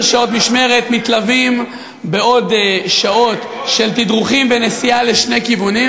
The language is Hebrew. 12 שעות משמרת מלֻוות בעוד שעות של תדרוכים בנסיעה לשני הכיוונים,